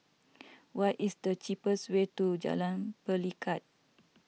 what is the cheapest way to Jalan Pelikat